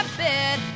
bed